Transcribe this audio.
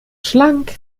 schlank